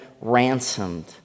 ransomed